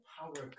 Power